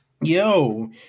Yo